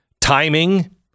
Timing